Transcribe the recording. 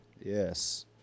Yes